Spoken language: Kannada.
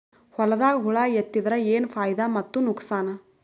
ಹೊಲದಾಗ ಹುಳ ಎತ್ತಿದರ ಏನ್ ಫಾಯಿದಾ ಮತ್ತು ನುಕಸಾನ?